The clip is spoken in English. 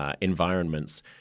environments